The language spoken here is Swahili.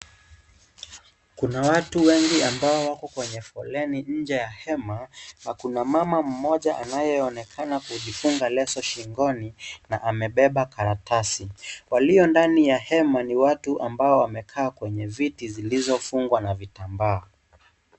Kuna watu wengi ambao wako kwenye foleni, nje ya hema, na kuna mama mmoja anaonekana kujifunga lesso shingoni na amebeba karatasi. Walio ndani ya hema ni watu ambao wamekaa kwenye viti zilizofungwa na vitambaa.